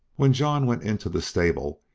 when john went into the stable,